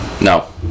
No